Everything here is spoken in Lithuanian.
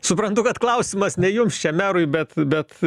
suprantu kad klausimas ne jums čia merui bet bet